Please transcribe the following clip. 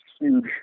huge